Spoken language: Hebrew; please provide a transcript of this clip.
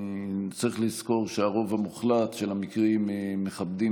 צריך לזכור שברוב המוחלט של המקרים מכבדים